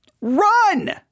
Run